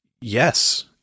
yes